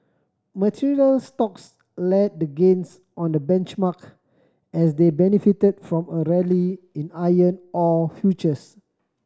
materials stocks led the gains on the benchmark as they benefited from a rally in iron ore futures